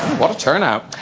what a turnout